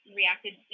reacted